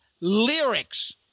lyrics